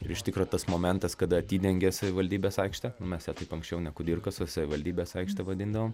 ir iš tikro tas momentas kada atidengė savivaldybės aikštę nu mes ją taip anksčiau ne kudirkos o savivaldybės aikšte vadindavom